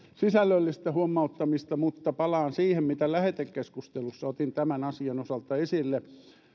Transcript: sisällöllistä huomauttamista mutta palaan siihen mitä lähetekeskustelussa otin tämän asian osalta esille